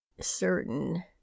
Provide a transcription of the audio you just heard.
certain